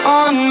on